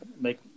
Make